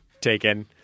taken